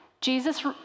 Jesus